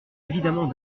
évidemment